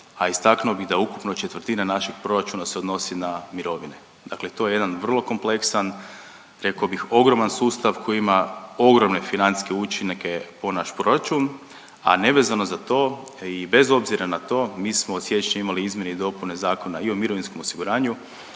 a istaknuo bih da ukupno četvrtina naših proračuna se odnosi na mirovine. Dakle to je jedan vrlo kompleksan, rekao bih, ogroman sustav koji ima ogromne financijske učinke po naš proračun, a nevezano za to i bez obzira na to, mi smo od siječnja imali izmjene i dopune zakona i o mirovinskom osiguranju